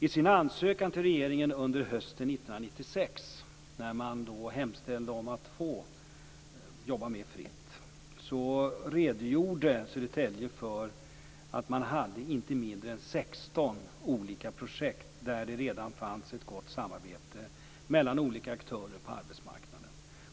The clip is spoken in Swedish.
I sin ansökan till regeringen under hösten 1996, när kommunen hemställde om att få jobba mer fritt, redogjorde Södertälje för att det fanns inte mindre än 16 olika projekt där det redan fanns ett gott samarbete mellan olika aktörer på arbetsmarknaden.